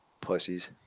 pussies